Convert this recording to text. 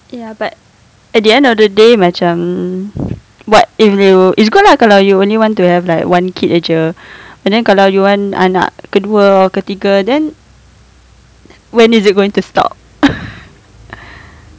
ya but at the end of the day macam but if you is good lah kalau you only want to have like one kid sahaja but then kalau you want anak kedua ketiga then when is it going to stop